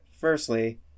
firstly